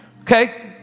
Okay